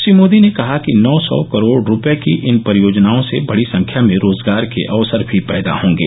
श्री मोदी ने कहा कि नौ सौ करोड़ रूपए की इन परियोजनाओं से बड़ी संख्या में रोजगार के अक्सर भी पैदा होंगे